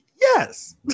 Yes